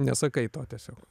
nesakai to tiesiog